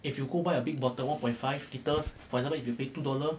if you go buy a big bottle one point five litre for example if you paid two dollars